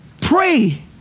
Pray